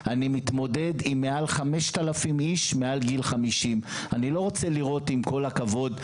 אני מתמודד עם מעל 5,000 איש מעל גיל 50. עם כל הכבוד,